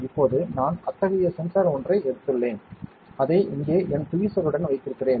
இப்போது நான் அத்தகைய சென்சார் ஒன்றை எடுத்துள்ளேன் அதை இங்கே என் ட்வீசருடன் வைத்திருக்கிறேன்